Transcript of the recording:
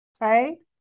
right